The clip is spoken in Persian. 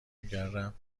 میکردم